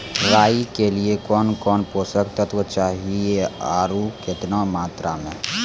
राई के लिए कौन कौन पोसक तत्व चाहिए आरु केतना मात्रा मे?